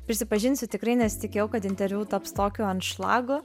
prisipažinsiu tikrai nesitikėjau kad interviu taps tokiu anšlagu